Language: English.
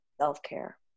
self-care